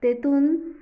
तेतून